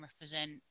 represent